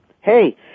hey